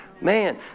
Man